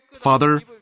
Father